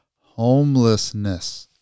homelessness